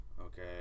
okay